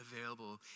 available